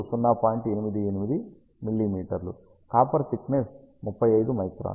copper thickness 35 micron